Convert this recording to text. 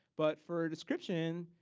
but for a description,